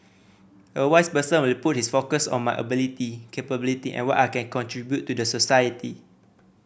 a wise person will put his focus on my ability capability and what I can contribute to the society